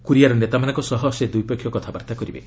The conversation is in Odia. କୋରିଆର ନେତାମାନଙ୍କ ସହ ସେ ଦ୍ୱିପାକ୍ଷିକ କଥାବାର୍ତ୍ତା କରିବେ